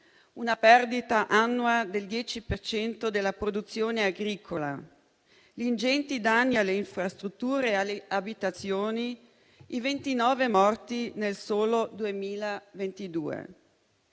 una perdita annua del 10 per cento della produzione agricola; ingenti danni alle infrastrutture e alle abitazioni; 29 morti nel solo anno